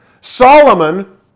Solomon